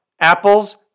Apples